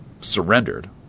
surrendered